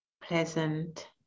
pleasant